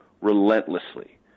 relentlessly